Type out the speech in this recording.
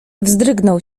wzdrygnął